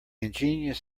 ingenious